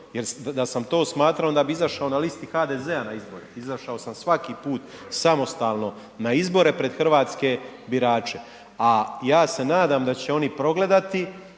jer da sam to smatrao onda bi izašao na listi HDZ-a na izbore, izašao sam svaki put samostalno na izbore pred hrvatske birače, a ja se nadam da će oni progledati